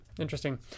interesting